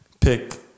pick